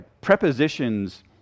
prepositions